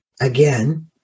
Again